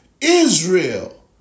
Israel